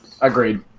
agreed